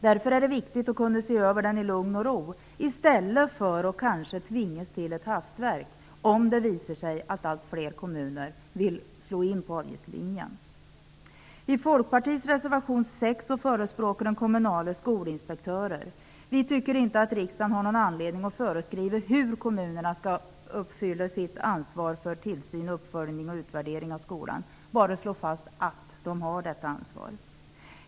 Därför är det viktigt att kunna se över den i lugn och ro i stället för att kanske tvingas till ett hastverk, om det visar sig att allt fler kommuner vill slå in på avgiftslinjen. I Folkpartiets reservation 6 förespråkas kommunala skolinspektörer. Vi tycker inte att riksdagen har någon anledning att föreskriva hur kommunerna skall uppfylla sitt ansvar för tillsyn, uppföljning och utvärdering av skolan utan bara slå fast att de har detta ansvar.